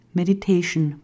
meditation